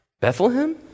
Bethlehem